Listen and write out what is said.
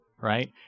right